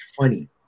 funny